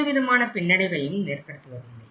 எந்தவிதமான பின்னடைவையும் ஏற்படுத்துவதில்லை